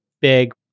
big